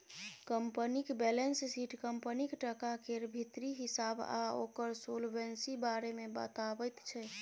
कंपनीक balance sheet कंपनीक टका केर भीतरी हिसाब आ ओकर सोलवेंसी बारे मे बताबैत छै